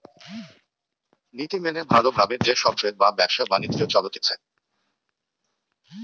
নীতি মেনে ভালো ভাবে যে সব ট্রেড বা ব্যবসা বাণিজ্য চলতিছে